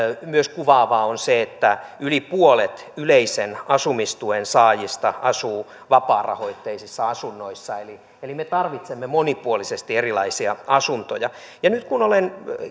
myös kuvaavaa on se että yli puolet yleisen asumistuen saajista asuu vapaarahoitteisissa asunnoissa eli eli me tarvitsemme monipuolisesti erilaisia asuntoja nyt kun olen